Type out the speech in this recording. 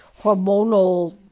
hormonal